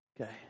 Okay